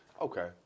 okay